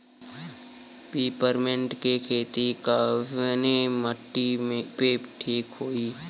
Peppermint के खेती कवने माटी पे ठीक होई?